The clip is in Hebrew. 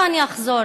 ואני אחזור